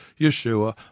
Yeshua